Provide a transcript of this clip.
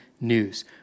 news